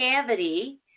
cavity